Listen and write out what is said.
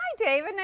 david.